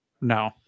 No